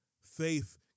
Faith